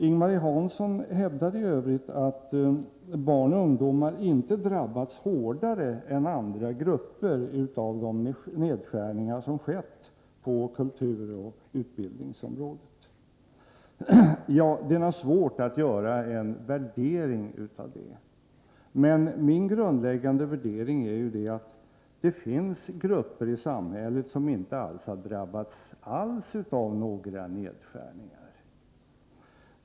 Ing-Marie Hansson hävdade i övrigt att barn och ungdomar inte drabbats hårdare än andra grupper av de nedskärningar som skett på kulturoch utbildningsområdet. Det är naturligtvis svårt att göra en värdering av det. Men min grundläggande värdering är den att det finns grupper i samhället som inte drabbats alls av några nedskärningar.